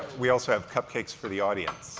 we also have cupcakes for the audience.